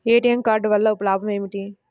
ATM card వల్ల లాభం ఏమిటి?